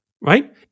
right